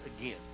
again